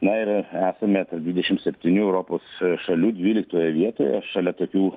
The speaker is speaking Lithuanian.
na ir esame tarp dvidešimt septynių europos šalių dvyliktoje vietoje šalia tokių